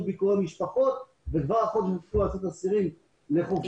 ביקורי משפחות וכבר החודש יצאו אסירים לחופשות.